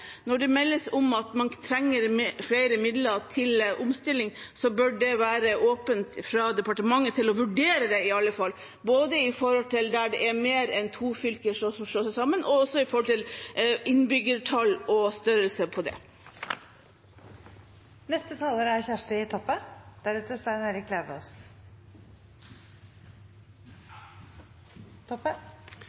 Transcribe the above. Når det meldes om at man trenger mer midler til omstilling, bør departementet iallfall være åpen for å vurdere det – både der det er mer enn to fylker som slår seg sammen, og når det gjelder innbyggertall og størrelsen på